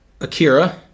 Akira